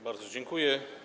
Bardzo dziękuję.